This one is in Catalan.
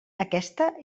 aquesta